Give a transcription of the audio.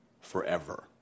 forever